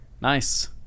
nice